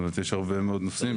יש הרבה מאוד נושאים.